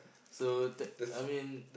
so that I mean